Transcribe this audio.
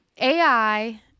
AI